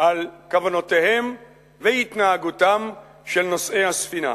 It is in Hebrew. על כוונותיהם והתנהגותם של נוסעי הספינה.